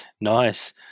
Nice